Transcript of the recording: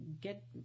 get